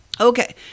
Okay